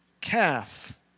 calf